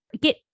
get